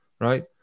right